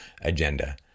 agenda